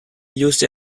used